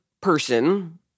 person